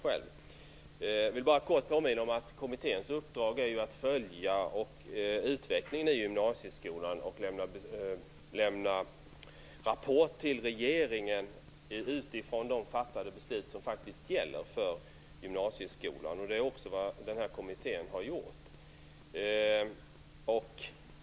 Jag vill bara kort påminna om att kommitténs uppdrag är att följa utvecklingen i gymnasieskolan och lämna rapport till regeringen utifrån de fattade beslut som gäller för gymnasieskolan. Det är också vad kommittén har gjort.